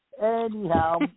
Anyhow